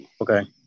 okay